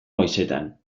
goizetan